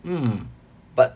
mm but